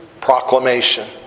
proclamation